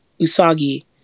Usagi